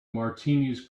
martinis